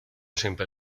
siempre